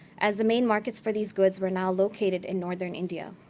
as the main markets for these goods were now located in northern india.